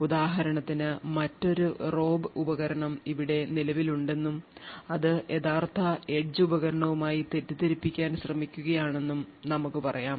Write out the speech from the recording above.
ഉദാഹരണത്തിന് മറ്റൊരു robe ഉപകരണം ഇവിടെ നിലവിലുണ്ടെന്നും അത് യഥാർത്ഥ എഡ്ജ് ഉപകരണമായി തെറ്റിദ്ധരിപ്പിക്കാൻ ശ്രമിക്കുകയാണെന്നും നമുക്ക് പറയാം